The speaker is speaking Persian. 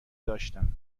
داشتم